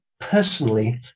personally